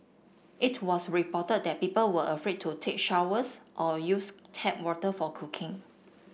it was reported that people were afraid to take showers or use tap water for cooking